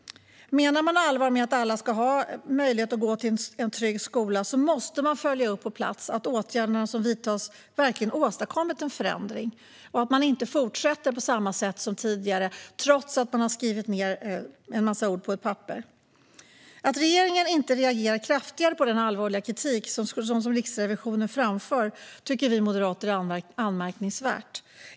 Menar man allvar med att alla ska ha möjlighet att gå till en trygg skola måste man följa upp på plats att åtgärderna som har vidtagits verkligen har åstadkommit en förändring så att man inte fortsätter på samma sätt som tidigare, trots att man har skrivit ned en massa ord på ett papper. Att regeringen inte reagerar kraftigare på den allvarliga kritik som Riksrevisionen framför tycker vi moderater är anmärkningsvärt.